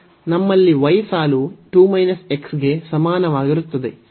ನಮ್ಮಲ್ಲಿ y ಸಾಲು 2 x ಗೆ ಸಮಾನವಾಗಿರುತ್ತದೆ